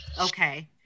Okay